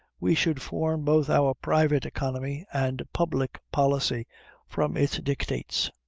we should form both our private economy and public policy from its dictates.